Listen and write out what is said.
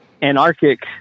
Anarchic